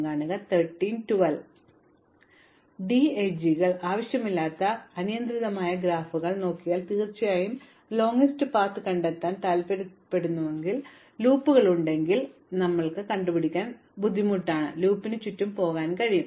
നിയന്ത്രിതമായതിനാൽ DAG കൾ കാരണം ഏറ്റവും ദൈർഘ്യമേറിയ പാതയ്ക്കായി ലീനിയർ ടൈം അൽഗോരിതം കണ്ടെത്താൻ ഞങ്ങൾക്ക് കഴിഞ്ഞത് പ്രധാനമാണ് ഡിഎജികൾ ആവശ്യമില്ലാത്ത അനിയന്ത്രിതമായ ഗ്രാഫുകൾ ഞങ്ങൾ നോക്കിയാൽ തീർച്ചയായും ദൈർഘ്യമേറിയ പാത കണ്ടെത്താൻ ഞങ്ങൾ താൽപ്പര്യപ്പെടുന്നെങ്കിൽ ഞങ്ങൾക്ക് ലൂപ്പുകളുണ്ടെങ്കിൽ ദൈർഘ്യമേറിയ പാത നിർവചിക്കപ്പെടില്ല കാരണം ലൂപ്പിനുചുറ്റും ചുറ്റിലും പോകാൻ കഴിയും